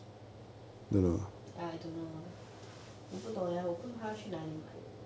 ya I don't know 我不懂 leh 不懂他去哪裡买